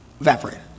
evaporated